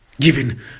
given